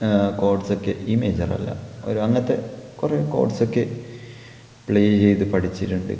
codes എന്നൊക്കെ ഈമേജറല്ല ഒര് അങ്ങത്തെ കുറെ കോഡ്സ് എന്നൊക്കെ പ്ലേ ചെയ്ത് പഠിച്ചിട്ടുണ്ട്